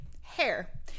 hair